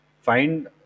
find